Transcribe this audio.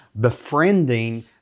befriending